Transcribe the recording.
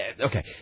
okay